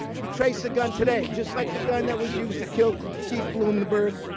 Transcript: we traced a gun today, just like the gun that was used to kill kill keith blumenberg.